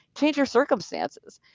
change your circumstances.